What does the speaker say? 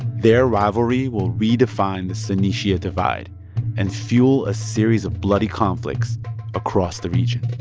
their rivalry will redefine the sunni-shia divide and fuel a series of bloody conflicts across the region